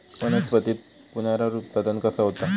वनस्पतीत पुनरुत्पादन कसा होता?